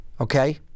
okay